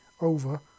Over